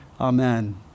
Amen